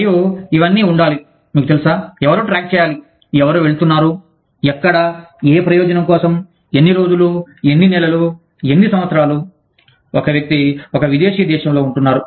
మరియు ఇవన్నీ ఉండాలి మీకు తెలుసా ఎవరో ట్రాక్ చేయాలి ఎవరు వెళుతున్నారు ఎక్కడ ఏ ప్రయోజనం కోసం ఎన్ని రోజులు ఎన్ని నెలలు ఎన్ని సంవత్సరాలు ఒక వ్యక్తి ఒక విదేశీ దేశంలో ఉంటున్నారు